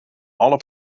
alle